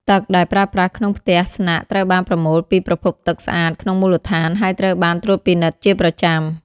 ទឹកដែលប្រើប្រាស់ក្នុងផ្ទះស្នាក់ត្រូវបានប្រមូលពី ប្រភពទឹកស្អាត ក្នុងមូលដ្ឋាន ហើយត្រូវបានត្រួតពិនិត្យជាប្រចាំ។